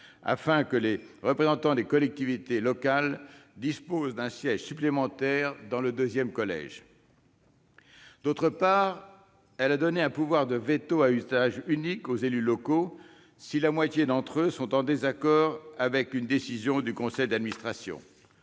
afin que les représentants des collectivités locales disposent d'un siège supplémentaire dans le deuxième collège. Par ailleurs, elle a donné un pouvoir de veto à usage unique aux élus locaux si la moitié d'entre eux sont en désaccord avec une décision du conseil d'administration.